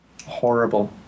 horrible